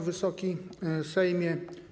Wysoki Sejmie!